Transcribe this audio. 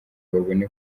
babona